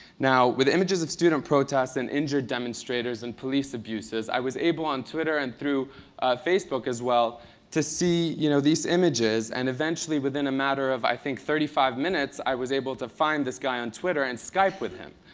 now, with images of student protests and injured demonstrators and police abuses, i was able on twitter and through facebook as well to see you know these images. and eventually, within a matter of, i think, thirty five minutes, i was able to find this guy on twitter and skype with him.